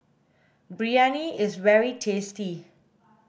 Biryani is very tasty